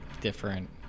different